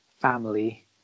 family